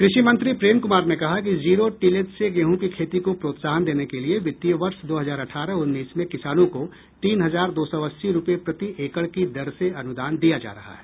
कृषि मंत्री प्रेम कुमार ने कहा कि जीरो टिलेज से गेहूँ की खेती को प्रोत्साहन देने के लिए वित्तीय वर्ष दो हजार अठारह उन्नीस में किसानों को तीन हजार दो सौ अस्सी रूपये प्रति एकड़ की दर से अनुदान दिया जा रहा है